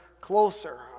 closer